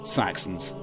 saxons